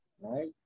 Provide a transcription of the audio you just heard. Right